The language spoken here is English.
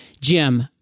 Jim